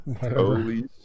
Holy